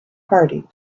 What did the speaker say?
party